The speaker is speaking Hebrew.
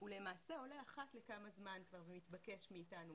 למעשה עולה אחת לכמה זמן ומתבקש מאיתנו,